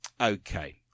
Okay